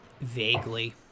Vaguely